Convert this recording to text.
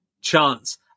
chance